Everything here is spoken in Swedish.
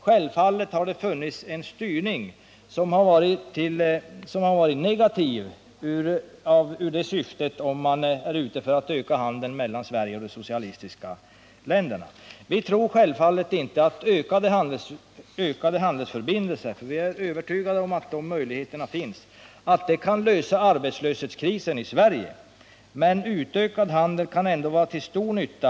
Självfallet har det funnits en styrning som har varit negativ, om man syftat till att öka handeln mellan Sverige och de socialistiska länderna. Vi tror självfallet inte att ökade handelsförbindelser — vi är dock övertygade om att de möjligheterna finns — kan övervinna hela arbetslöshetskrisen i vårt land, men en utökad handel kan ändå vara till stor nytta.